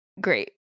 great